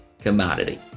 commodity